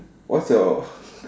what's your